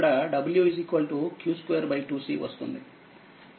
ఇది సమీకరణం సంఖ్య 11